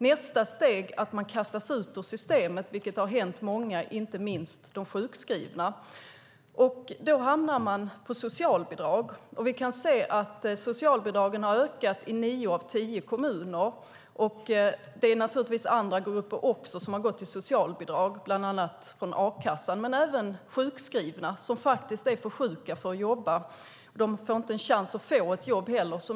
Nästa steg är att man kastas ut ur systemet, vilket har hänt många - inte minst de sjukskrivna. Då hamnar man på socialbidrag. Vi kan se att socialbidragen har ökat i nio av tio kommuner. Det är naturligtvis även andra grupper som har gått över till socialbidrag, bland annat från a-kassan. Men det är även sjukskrivna som faktiskt är för sjuka för att jobba som lever på socialbidrag. De får inte en chans att få ett jobb heller.